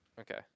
Okay